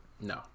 No